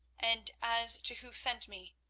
and as to who sent me,